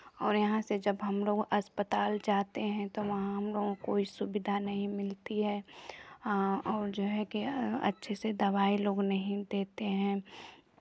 और यहाँ से जब हमलोग अस्पताल जाते हैं तो वहाँ हमलोगों कोई सुविधा नहीं मिलती है और जो है कि अच्छे से दवाई लोग नहीं देते हैं